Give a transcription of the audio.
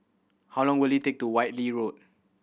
how long will it take to Whitley Road